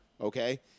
okay